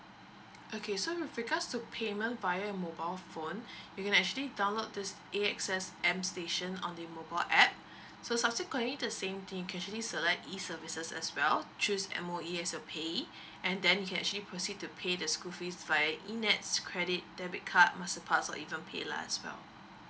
okay so with regards to payment via mobile phone you can actually download this AXS m station on the mobile app so subsequently the same thing you can actually select e services as well choose M_O_E as your payee and then you can actually proceed to pay the school fees via e N_E_T_S credit debit card masterpass or even paylah! as well